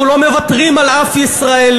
אנחנו לא מוותרים על אף ישראלי,